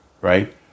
right